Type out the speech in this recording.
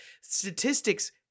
statistics